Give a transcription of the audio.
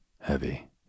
Heavy